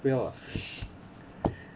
不要啦